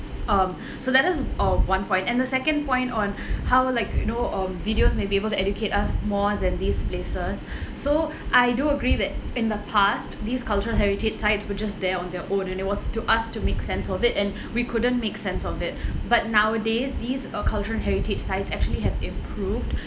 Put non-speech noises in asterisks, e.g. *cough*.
um *breath* so let us uh one point and the second point on *breath* how we're like you know um videos may be able to educate us more than these places *breath* so I do agree that in the past these cultural heritage sites were just there on their own and it was to ask to make sense of it and we couldn't make sense of it but nowadays these uh cultural heritage sites actually have improved